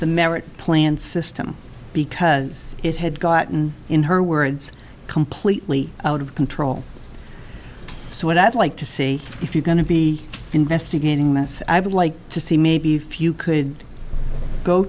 the marriage plan system because it had gotten in her words completely out of control so what i'd like to see if you're going to be investigating this i would like to see maybe a few could go